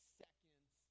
seconds